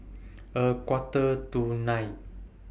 A Quarter to nine